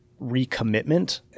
recommitment